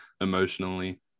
emotionally